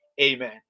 amen